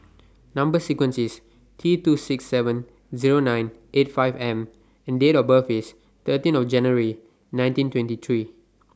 Number sequence IS T two six seven Zero nine eight five M and Date of birth IS thirteen of January nineteen twenty three